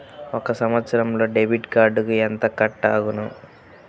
ఒక సంవత్సరంలో డెబిట్ కార్డుకు ఎంత కట్ అగును?